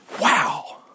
Wow